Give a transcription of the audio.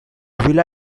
villa